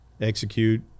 execute